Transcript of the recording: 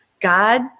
God